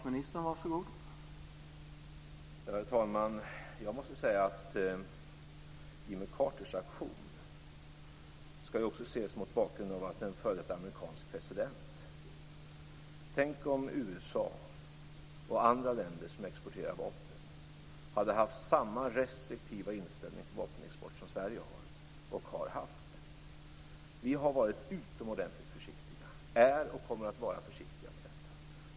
Herr talman! Jag måste säga att Jimmy Carters aktion också skall ses mot bakgrund av att han är en f.d. amerikansk president. Tänk om USA och andra länder som exporterar vapen hade haft samma restriktiva inställning till vapenexport som Sverige har och har haft. Vi har varit, är och kommer att vara utomordentligt försiktiga.